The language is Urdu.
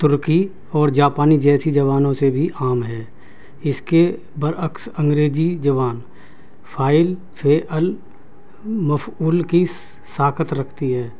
ترقی اور جاپانی جیسی زبانوں سے بھی عام ہے اس کے برعکس انگریزی زبان فاعل فعل مفعول کی ساخت رکھتی ہے